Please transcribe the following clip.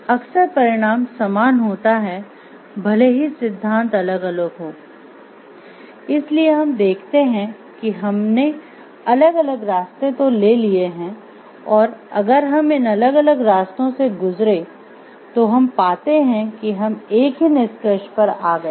अक्सर परिणाम समान होता है भले ही सिद्धांत अलग अलग हों इसलिए हम देखते हैं कि हमने अलग अलग रास्ते तो ले लिए हैं और अगर हम इन अलग अलग रास्तों से गुजरे तो हम पाते है कि हम एक ही निष्कर्ष पर आ गए हैं